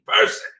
person